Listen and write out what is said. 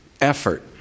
effort